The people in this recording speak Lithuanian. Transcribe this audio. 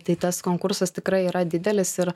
tai tas konkursas tikrai yra didelis ir